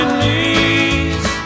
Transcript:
knees